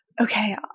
okay